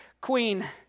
queen